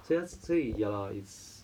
所以他是所以 ya lah it's